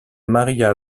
maria